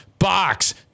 Box